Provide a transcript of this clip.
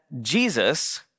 Jesus